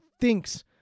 thinks